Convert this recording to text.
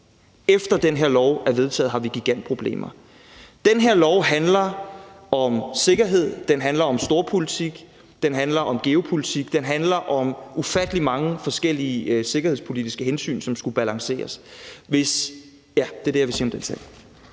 Efter den her lov er blevet vedtaget, har vi gigantproblemer. Den her lov handler om sikkerhed. Den handler om storpolitik. Den handler om geopolitik. Den handler om ufattelig mange forskellige sikkerhedspolitiske hensyn, som skulle balanceres. Ja, det er det, jeg vil sige om den sag.